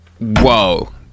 Whoa